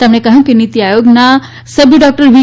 તેમણે કહ્યું કે નીતી આયોગના સભ્ય ડોકટર વી